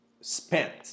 spent